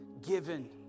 given